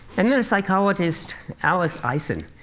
and then, a psychologist, alice isen,